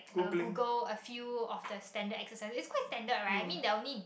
uh Google a few of the standard exercise it's quite standard right I mean there are only